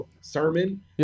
sermon